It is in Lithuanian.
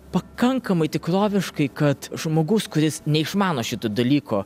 pakankamai tikroviškai kad žmogus kuris neišmano šito dalyko